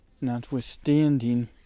notwithstanding